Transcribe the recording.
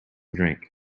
drink